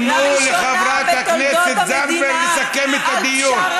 תנו לחברת הכנסת זנדברג לסכם את הדיון.